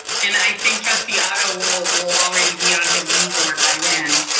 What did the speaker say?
and i think trustee otto will will already be on his new board by then.